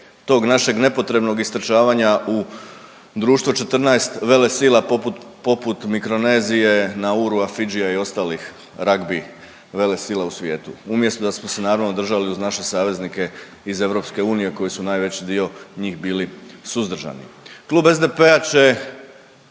tog našeg nepotrebnog istrčavanja u društvo 14 velesila poput, poput Mikronezije, Nauru, Fidžija i ostalih ragbi velesila u svijetu umjesto da smo se naravno držali uz naše saveznike iz EU koji su najveći dio njih bili suzdržani. Klub SDP-a će